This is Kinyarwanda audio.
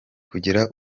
kugera